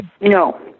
No